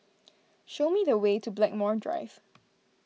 show me the way to Blackmore Drive